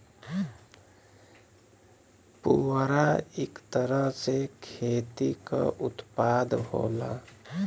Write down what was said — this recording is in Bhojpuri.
पुवरा इक तरह से खेती क उत्पाद होला